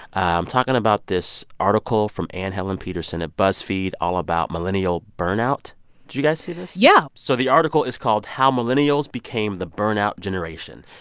i'm talking about this article from anne helen petersen at buzzfeed all about millennial burnout. did you guys see this? yeah so the article is called how millennials became the burnout generation.